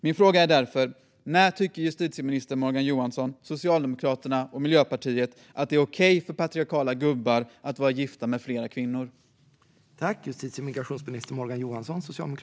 Min fråga är därför: När tycker justitieminister Morgan Johansson, Socialdemokraterna och Miljöpartiet att det är okej för patriarkala gubbar att vara gifta med flera kvinnor?